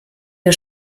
der